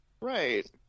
Right